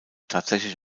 tatsächlich